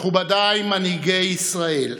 מכובדיי מנהיגי ישראל,